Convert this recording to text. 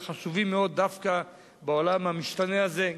חשובים מאוד דווקא בעולם המשתנה הזה,